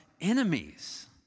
enemies